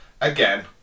again